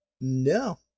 no